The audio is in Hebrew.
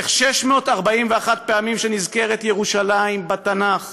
איך 641 פעמים שנזכרת ירושלים בתנ"ך